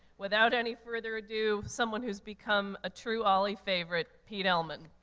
without any further ado, someone who's become a true olli favorite, pete elman.